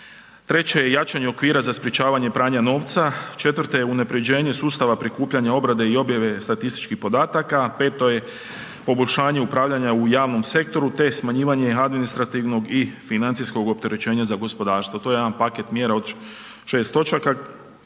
Treće je jačanje okvira za sprječavanje pranja novca. Četvrto je unaprjeđenje sustava prikupljanja obrade i objave statističkih podataka. Peto je poboljšanje upravljanja u javnom sektoru, te smanjivanje administrativnog i financijskog opterećenja za gospodarstvo. To je jedan paket mjera od 6 točaka,